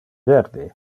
verde